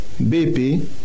BP